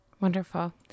Wonderful